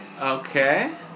Okay